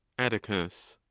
atticus.